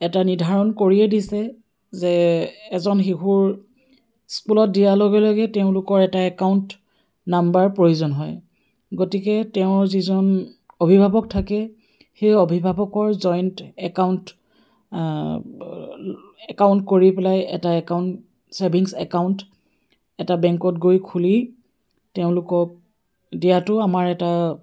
এটা নিৰ্ধাৰণ কৰিয়ে দিছে যে এজন শিশুৰ স্কুলত দিয়াৰ লগে লগে তেওঁলোকৰ এটা একাউণ্ট নাম্বাৰ প্ৰয়োজন হয় গতিকে তেওঁৰ যিজন অভিভাৱক থাকে সেই অভিভাৱকৰ জইণ্ট একাউণ্ট একাউণ্ট কৰি পেলাই এটা একাউণ্ট ছেভিংছ একাউণ্ট এটা বেংকত গৈ খুলি তেওঁলোকক দিয়াটো আমাৰ এটা